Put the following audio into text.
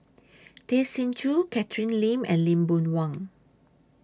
Tay Chin Joo Catherine Lim and Lee Boon Wang